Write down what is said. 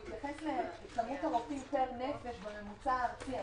בהתייחס לכמות הרופאים פר נפש בממוצע הארצי.